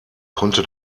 konnte